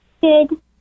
Good